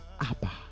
Abba